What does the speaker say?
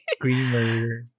creamer